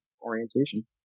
orientation